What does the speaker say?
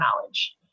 knowledge